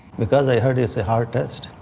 because i heard it's a hard test.